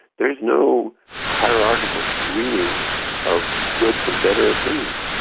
there is no hierarchical screening of good from better opinions.